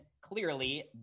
clearly